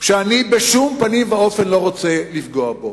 שאני בשום פנים ואופן לא רוצה לפגוע בו,